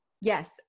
Yes